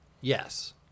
yes